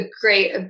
great